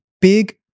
big